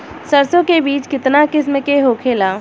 सरसो के बिज कितना किस्म के होखे ला?